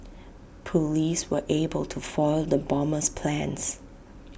Police were able to foil the bomber's plans